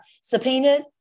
subpoenaed